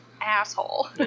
asshole